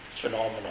phenomenal